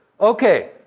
Okay